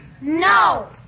No